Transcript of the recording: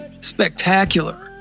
spectacular